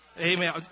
Amen